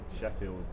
Sheffield